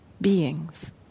beings